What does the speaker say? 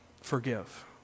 forgive